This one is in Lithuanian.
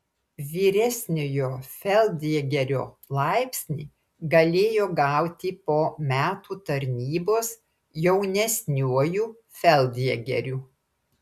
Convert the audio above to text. vyresniojo feldjėgerio laipsnį galėjo gauti po metų tarnybos jaunesniuoju feldjėgeriu